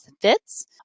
fits